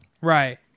Right